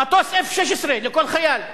מטוס F-16 לכל חייל.